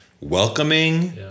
welcoming